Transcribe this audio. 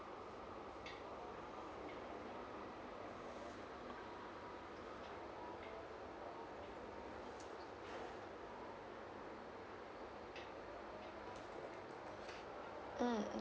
mm